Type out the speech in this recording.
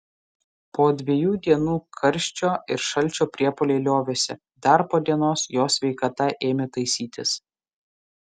po dviejų dienų karščio ir šalčio priepuoliai liovėsi dar po dienos jo sveikata ėmė taisytis